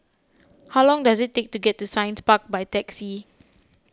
how long does it take to get to Science Park by taxi